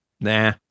nah